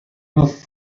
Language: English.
was